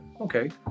okay